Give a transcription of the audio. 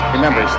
Remember